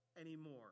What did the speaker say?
anymore